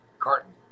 carton